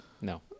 No